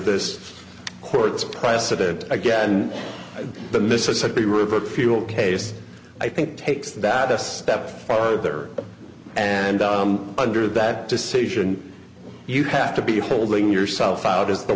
this court's precedent again the mississippi river fuel case i think takes the baddest step farther and under that decision you have to be holding yourself out as the